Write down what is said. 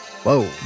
Whoa